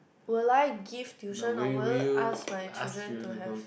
will I give tuition or will you ask my children to have